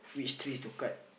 which trees to cut